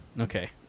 okay